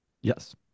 Yes